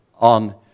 on